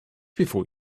before